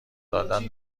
دادن